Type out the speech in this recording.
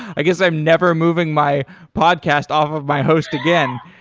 i guess i'm never moving my podcast off of my host again.